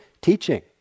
teaching